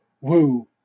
woo